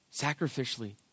sacrificially